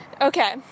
Okay